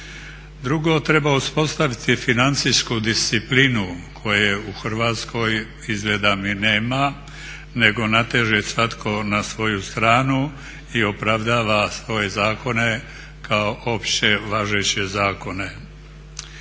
Drugo, treba uspostaviti financijsku disciplinu koje u Hrvatskoj izgleda mi nema nego nateže svatko na svoju stranu i opravdava svoje zakone kao opće važeće zakone.